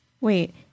Wait